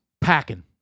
packing